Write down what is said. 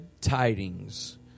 tidings